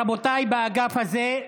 רבותיי באגף הזה,